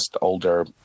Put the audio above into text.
older